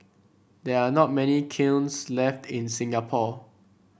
there are not many kilns left in Singapore